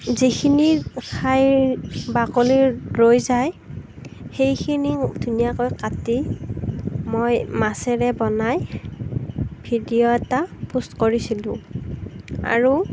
যিখিনি খাই বাকলি ৰৈ যায় সেইখিনি ধুনীয়াকৈ কাটি মই মাছেৰে বনাই ভিডিঅ' এটা পষ্ট কৰিছিলো আৰু